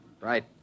Right